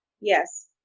Yes